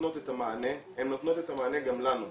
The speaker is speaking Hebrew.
נותנות את המענה, הן נותנות את המענה גם לנו,